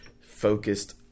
focused